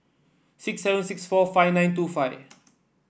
six seven six four five nine two five